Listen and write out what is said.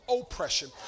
oppression